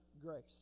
grace